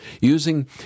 Using